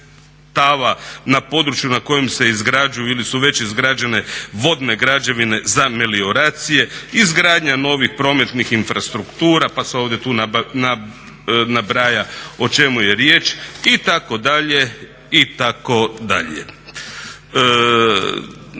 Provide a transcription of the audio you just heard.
na području na kojem se izgrađuju ili su već izgrađene vodne građevine za melioracije, izgradnja novih prometnih infrastruktura, pa se tu nabraja o čemu je riječ itd.,